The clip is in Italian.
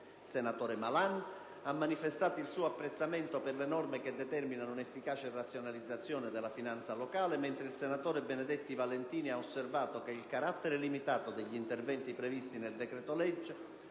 senatore Malan ha manifestato il suo apprezzamento per le norme che determinano una efficace razionalizzazione della finanza locale, mentre il senatore Benedetti Valentini ha osservato che il carattere limitato degli interventi previsti nel decreto-legge